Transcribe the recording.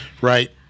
right